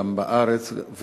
גם בארץ,